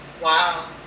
Wow